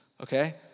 Okay